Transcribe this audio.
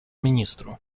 министру